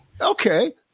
okay